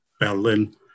Berlin